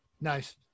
Nice